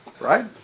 Right